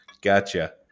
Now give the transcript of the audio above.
Gotcha